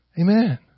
Amen